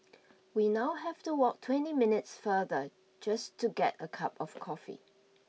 we now have to walk twenty minutes farther just to get a cup of coffee